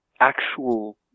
actual